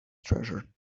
treasure